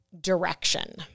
direction